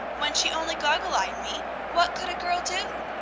when she only goggle-eyed me, what could a girl do?